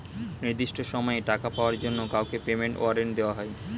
নির্দিষ্ট সময়ে টাকা পাওয়ার জন্য কাউকে পেমেন্ট ওয়ারেন্ট দেওয়া হয়